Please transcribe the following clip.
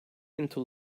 into